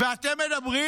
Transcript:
ואתם מדברים